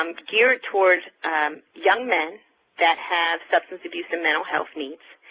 um geared towards young men that have substance abuse and mental health needs,